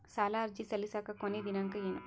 ಸಾಲ ಅರ್ಜಿ ಸಲ್ಲಿಸಲಿಕ ಕೊನಿ ದಿನಾಂಕ ಏನು?